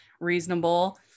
reasonable